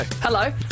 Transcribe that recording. Hello